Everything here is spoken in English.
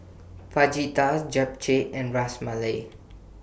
Fajitas Japchae and Ras Malai